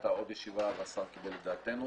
הייתה עוד ישיבה והשר קיבל את דעתנו,